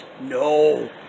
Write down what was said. No